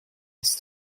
ist